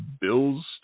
Bills